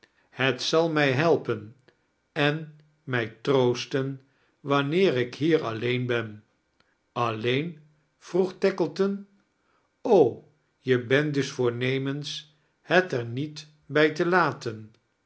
het zal mij toelpen en mij troosten wanneer ik bier alleen ben alleen vroeg tack elton je bent dus voornemens het er niet bij te laten